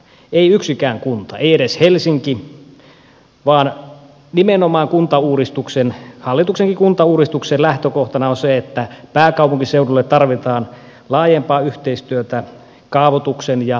ei yksikään kunta ei edes helsinki vaan nimenomaan kuntauudistuksen hallituksenkin kuntauudistuksen lähtökohtana on se että pääkaupunkiseudulle tarvitaan laajempaa yhteistyötä kaavoituksen ja liikenteen suunnittelussa